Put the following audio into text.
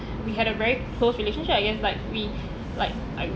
we had a very close relationship I guess like we like